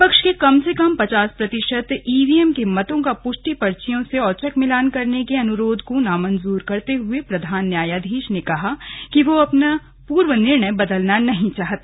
विपक्ष का कम से कम पचास प्रतिशत इलैक्ट्रॉनिक वोटिंग मशीनों का मतदान पुष्टि पर्चियों से औचक मिलान करने का अनुरोध नामंजूर करते हुए प्रधान न्यायाधीश ने कहा कि वह अपना पूर्व निर्णय बदलना नहीं चाहते